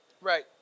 right